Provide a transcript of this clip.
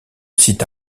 site